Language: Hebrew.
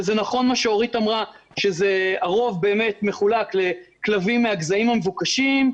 וזה נכון מה שאורית אמרה שהרוב באמת מחולק לכלבים מהגזעים המבוקשים,